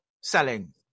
selling